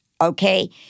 okay